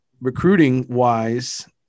Recruiting-wise